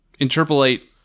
interpolate